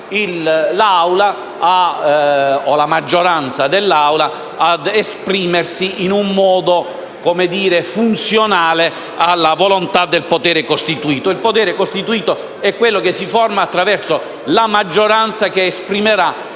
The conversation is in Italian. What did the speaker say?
induca la maggioranza dell'Assemblea ad esprimersi in un modo funzionale alla volontà del potere costituito. Il potere costituito è quello che si forma attraverso la maggioranza che esprimerà